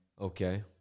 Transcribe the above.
Okay